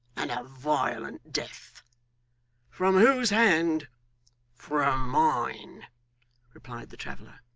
and a violent death from whose hand from mine replied the traveller.